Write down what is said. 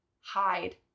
hide